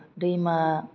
दैमा